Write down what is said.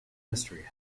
mystery